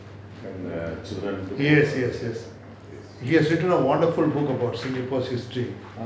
yes yes yes he has written a wonderful book about singapore's history